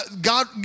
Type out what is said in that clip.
God